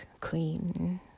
clean